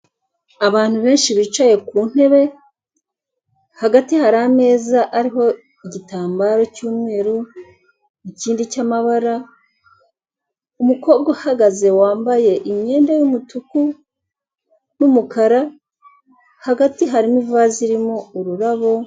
Abantu benshi bicaye ku ntebe hagati hari ameza ariho igitambaro cy'umweru, ikindi cy'amabara umukobwa uhagaze wambaye imyenda y'umutuku n'umukara, hagati hari ivase irimo ururabo.